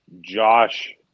Josh